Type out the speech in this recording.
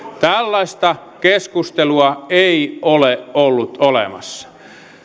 tällaista keskustelua ei ole ollut olemassa